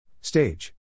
stage